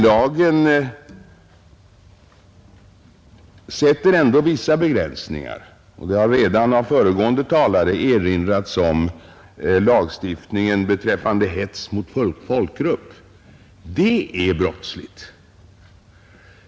Lagen sätter ändå vissa begränsningar och det har redan av föregående talare erinrats om lagstiftningen beträffande hets mot folkgrupp. Det är brottsligt.